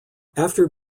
after